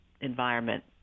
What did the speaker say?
environment